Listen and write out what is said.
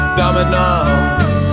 dominoes